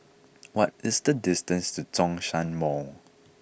what is the distance to Zhongshan Mall